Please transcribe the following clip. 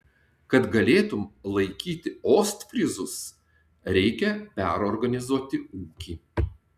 kad galėtum laikyti ostfryzus reikia perorganizuot ūkį